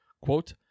quote